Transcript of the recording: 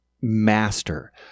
master